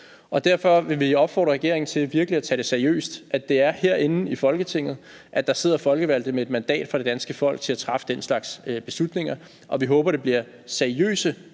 Derfor vil vi opfordre regeringen til virkelig at tage det seriøst, at det er herinde i Folketinget, der sidder folkevalgte med et mandat fra det danske folk til at træffe den slags beslutninger, og vi håber, det bliver seriøse